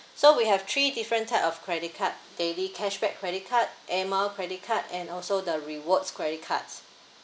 so we have three different type of credit card daily cashback credit card air mile credit card and also the rewards credit cards